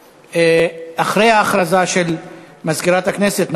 נעבור להודעה של מזכירת הכנסת.